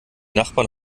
nachbarn